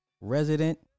resident